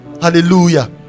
hallelujah